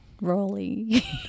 rolly